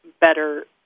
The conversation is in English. better